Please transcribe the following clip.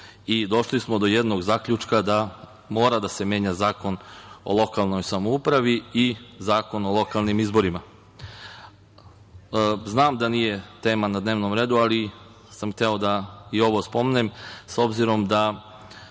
i došli smo do zaključka da mora da se menja Zakon o lokalnoj samoupravi i Zakon o lokalnim izborima. Znam da nije tema na dnevnom redu, ali sam hteo da i ovo spomenem, s obzirom da